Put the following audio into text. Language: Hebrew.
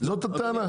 זאת הטענה?